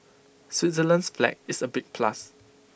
Switzerland's flag is A big plus